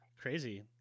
crazy